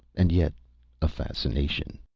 and yet a fascination.